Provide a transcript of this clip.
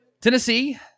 Tennessee